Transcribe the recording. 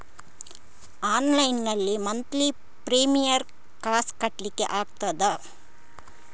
Online ನಲ್ಲಿ monthly premier ಕಾಸ್ ಕಟ್ಲಿಕ್ಕೆ ಆಗ್ತದಾ?